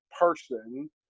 person